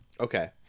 Okay